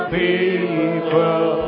people